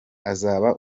azaba